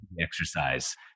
exercise